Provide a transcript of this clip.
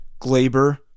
Glaber